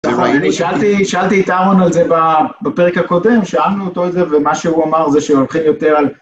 אני שאלתי את אהרון על זה בפרק הקודם, שאלנו אותו את זה ומה שהוא אמר זה שהולכים יותר על...